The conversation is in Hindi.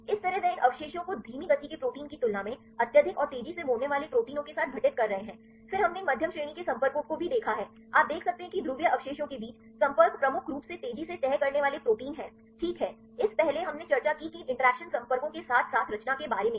इसी तरह वे इन अवशेषों को धीमी गति के प्रोटीन की तुलना में अत्यधिक और तेजी से मोड़ने वाले प्रोटीनों के साथ घटित कर रहे हैं फिर हमने इन मध्यम श्रेणी के संपर्कों को भी देखा है आप देख सकते हैं कि ध्रुवीय अवशेषों के बीच संपर्क प्रमुख रूप से तेजी से तह करने वाले प्रोटीन हैं ठीक है इस पहले हमने चर्चा की इन इंटरैक्शन संपर्कों के साथ साथ रचना के बारे में भी